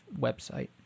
website